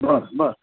बरं बरं